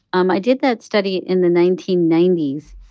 um i did that study in the nineteen ninety s.